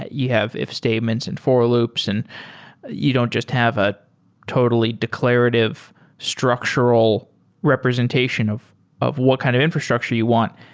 ah you have if statements and for loops and you don't just have a totally declarative structural representation of of what kind of infrastructure you want.